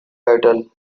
battle